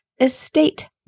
estate